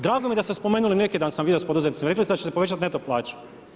Drago mi je da ste spomenuli neki dan sam vidio sa poduzetnicima, rekli ste da ćete povećati neto plaću.